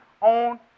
on